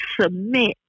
submit